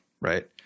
right